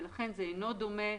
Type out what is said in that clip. ולכן זה אינו דומה